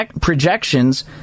projections